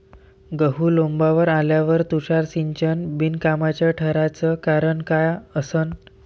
गहू लोम्बावर आल्यावर तुषार सिंचन बिनकामाचं ठराचं कारन का असन?